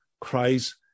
Christ